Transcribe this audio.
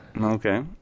okay